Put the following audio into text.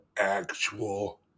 actual